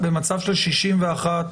לבין שורה ארוכה של שרי הליכוד,